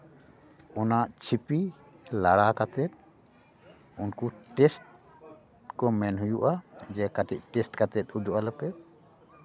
ᱚᱱᱟ ᱪᱷᱤᱯᱤ ᱞᱟᱲᱟ ᱠᱟᱛᱮᱫ ᱩᱱᱠᱩ ᱴᱮᱥᱴ ᱠᱚ ᱢᱮᱱ ᱦᱩᱭᱩᱜᱼᱟ ᱡᱮ ᱠᱟᱹᱴᱤᱡ ᱴᱮᱥᱴ ᱠᱟᱛᱮᱫ ᱩᱫᱩᱜ ᱟᱞᱮ ᱯᱮ